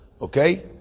Okay